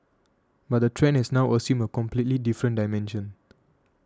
but the trend has now assumed a completely different dimension